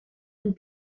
amb